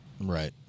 Right